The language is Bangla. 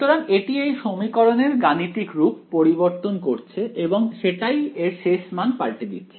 সুতরাং এটি এই সমীকরণের গাণিতিক রূপ পরিবর্তন করছে এবং সেটাই এর শেষ মান পাল্টে দিচ্ছে